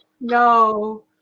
no